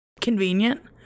Convenient